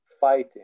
fighting